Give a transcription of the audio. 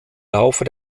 laufe